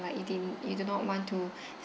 uh like you didn't you do not want to